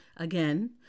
Again